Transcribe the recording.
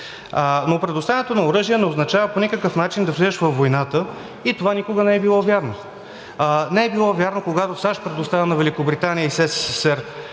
Предоставянето на оръжия не означава по никакъв начин да влизаш във войната. Това никога не е било вярно. Не е било вярно, когато САЩ предоставя на Великобритания и СССР